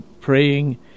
praying